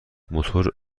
موتور